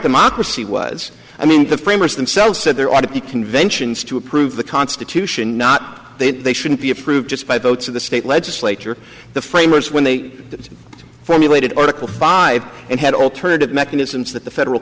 democracy was i mean the framers themselves said there ought to be conventions to approve the constitution not they shouldn't be approved just by votes of the state legislature the framers when they formulated article five and had alternative mechanisms that the federal